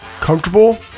comfortable